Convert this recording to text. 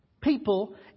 people